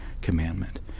commandment